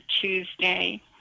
Tuesday